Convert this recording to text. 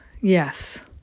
yes